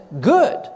Good